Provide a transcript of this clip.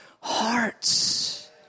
hearts